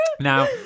Now